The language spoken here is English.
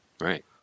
Right